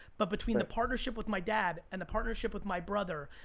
but between the partnership with my dad, and the partnership with my brother,